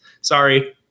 Sorry